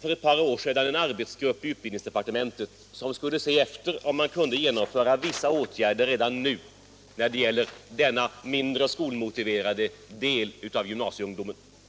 för ett par år sedan inom utbildningsdepartementet en arbetsgrupp, som skulle se efter om vissa åtgärder kunde vidtas redan nu när det gäller denna mindre skolmotiverade del av gymnasieungdomen.